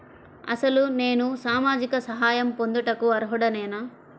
అసలు నేను సామాజిక సహాయం పొందుటకు అర్హుడనేన?